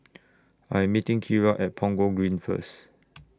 I'm meeting Kira At Punggol Green First